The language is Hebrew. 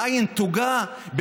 בעין תוגה?